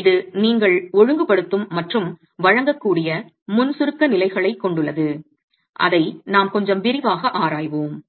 இது நீங்கள் ஒழுங்குபடுத்தும் மற்றும் வழங்கக்கூடிய முன் சுருக்க நிலைகளைக் கொண்டுள்ளது அதை நாம் கொஞ்சம் விரிவாக ஆராய்வோம்